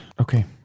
okay